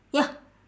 ya